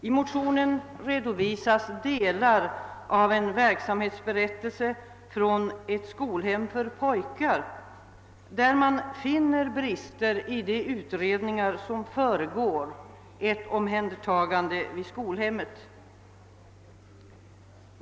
I motionen redovisas delar av en verksamhetsberättelse från ett skolhem för pojkar, vari man finner brister i de utredningar som föregår ett omhändertagande vid skolhemmet.